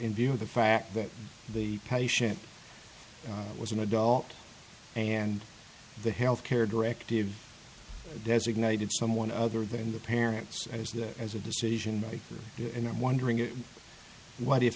in view of the fact that the patient was an adult and the health care directive designated someone other than the parents as that as a decision maker and i'm wondering if what if